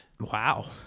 wow